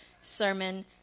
sermon